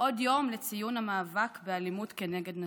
עוד יום לציון המאבק באלימות נגד נשים,